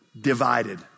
divided